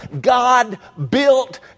God-built